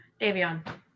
Davion